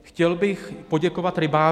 Chtěl bych poděkovat rybářům.